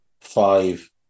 five